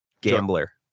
gambler